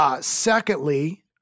Secondly